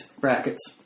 brackets